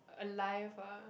alive ah